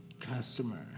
customer